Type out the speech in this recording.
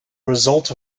result